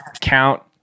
count